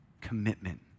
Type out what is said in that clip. commitment